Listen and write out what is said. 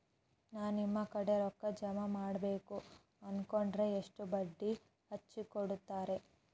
ನಾ ನಿಮ್ಮ ಕಡೆ ರೊಕ್ಕ ಜಮಾ ಮಾಡಬೇಕು ಅನ್ಕೊಂಡೆನ್ರಿ, ಎಷ್ಟು ಬಡ್ಡಿ ಹಚ್ಚಿಕೊಡುತ್ತೇರಿ?